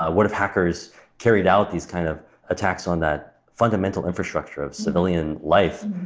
ah what if hackers carried out these kind of attacks on that fundamental infrastructure of civilian life?